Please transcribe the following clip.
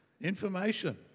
information